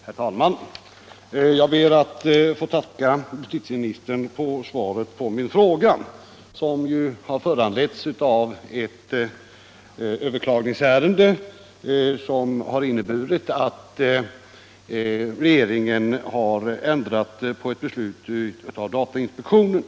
Herr talman! Jag ber att få tacka justitieministern för svaret på min fråga, som föranletts av ett överklagningsärende som resulterat i att regeringen ändrat på ett beslut av datainspektionen.